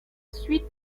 suite